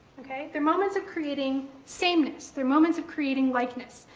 they're moments of creating sameness. they're moments of creating likeness.